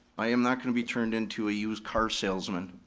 i am not gonna be turned into a used car salesman,